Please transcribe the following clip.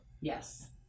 yes